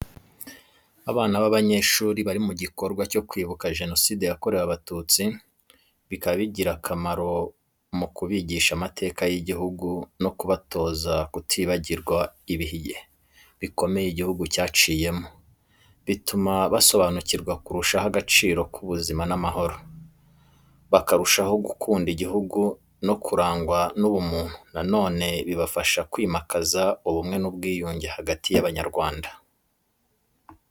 Abana b’abanyeshuri bari mu gikorwa cyo kwibuka Jenoside yakorewe Abatutsi, bikaba bigira akamaro mu kubigisha amateka y’igihugu no kubatoza kutibagirwa ibihe bikomeye igihugu cyaciyemo. Bituma basobanukirwa kurushaho agaciro k’ubuzima n’amahoro, bakarushaho gukunda igihugu no kurangwa n’ubumuntu. Na none bifasha kwimakaza ubumwe n’ubwiyunge hagati y’Abanyarwanda.